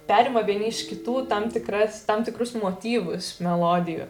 perima vieni iš kitų tam tikras tam tikrus motyvus melodijų